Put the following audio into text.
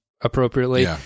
appropriately